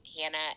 Hannah